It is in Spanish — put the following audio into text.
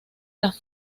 las